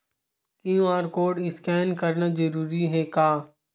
QR code scan करना जरूरी हे का?